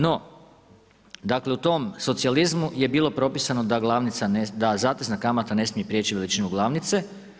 No, dakle u tom socijalizmu je bilo propisano da glavnica, da zatezna kamata ne smije prijeći veličinu glavnice.